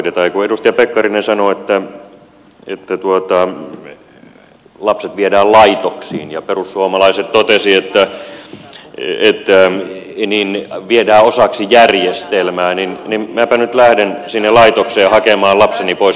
kun edustaja pekkarinen sanoi että lapset viedään laitoksiin ja perussuomalaiset totesivat että viedään osaksi järjestelmää niin minäpä nyt lähden sinne laitokseen hakemaan lapseni pois järjestelmästä